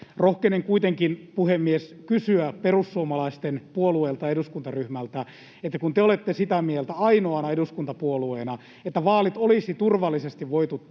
Rohkenen kuitenkin, puhemies, kysyä perussuomalaisten puolueelta, eduskuntaryhmältä: kun te olette sitä mieltä ainoana eduskuntapuolueena, että vaalit olisi turvallisesti voitu